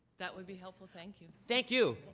that would be helpful. thank you. thank you.